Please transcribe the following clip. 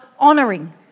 honouring